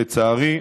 לצערי,